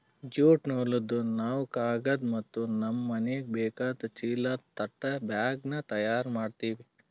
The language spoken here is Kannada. ಜ್ಯೂಟ್ ನೂಲ್ದಾಗ್ ನಾವ್ ಕಾಗದ್ ಮತ್ತ್ ನಮ್ಮ್ ಮನಿಗ್ ಬೇಕಾದ್ ಚೀಲಾ ತಟ್ ಬ್ಯಾಗ್ನು ತಯಾರ್ ಮಾಡ್ತೀವಿ